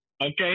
Okay